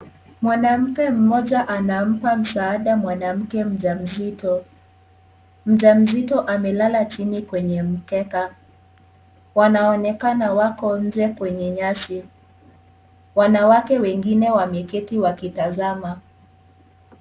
Mwanamke mmoja anampa mwanamke mjamzito, mjamzito amelala chini kwenye mkeka wanaonekana wako nje kwenye nyasi wanawake wengine wameketi wakitazama.